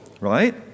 right